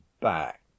back